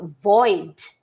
void